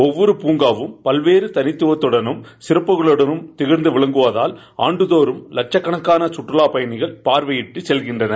ஒவ்வொரு பூங்காவும் பல்வேறு தனித்துவத்தடனும் சிறப்புகளுடன் திகழ்ந்து வருவதால் ஆண்டுதோறும் லட்சக்கணக்கான சுற்றுலா பயணிகள் பார்வையிட்டு செல்கின்றனர்